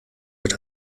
wird